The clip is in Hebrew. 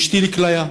להשתיל כליה.